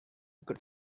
ikut